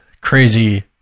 crazy